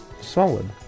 Solid